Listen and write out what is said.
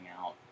out